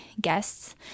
guests